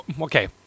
Okay